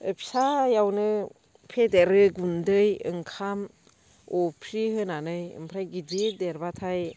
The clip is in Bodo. फिसायावनो फेदेरो गुन्दै ओंखाम अफ्रि होनानै ओमफ्राय गिदिर देरबाथाय